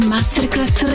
Masterclass